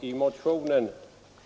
i motionen.